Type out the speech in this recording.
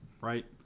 Right